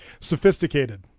Sophisticated